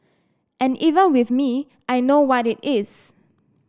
and even with me I know what it is